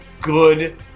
good